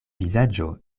vizaĝo